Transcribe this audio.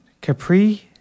capri